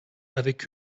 avec